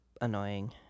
annoying